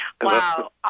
Wow